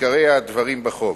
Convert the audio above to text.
עיקרי הדברים בחוק: